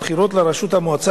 הבחירות לראשות המועצה